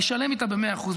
ואני שלם איתה במאה אחוז,